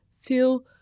feel